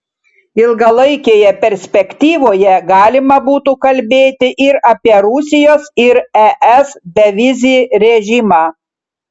ilgalaikėje perspektyvoje galima būtų kalbėti ir apie rusijos ir es bevizį režimą